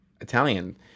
Italian